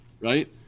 right